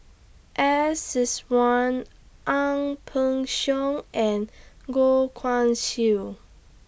S Iswaran Ang Peng Siong and Goh Guan Siew